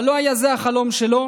אבל זה לא היה החלום שלו,